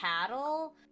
cattle